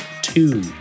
two